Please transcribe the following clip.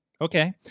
Okay